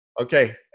okay